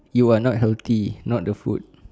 you are not healthy not the food